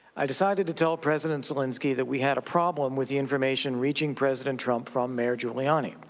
i decided to tell president zelensky that we had a problem with the information reaching president trump for um mayor giuliani.